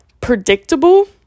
predictable